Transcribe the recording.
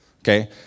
Okay